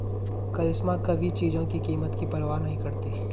करिश्मा कभी चीजों की कीमत की परवाह नहीं करती